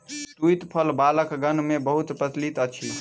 तूईत फल बालकगण मे बहुत प्रचलित अछि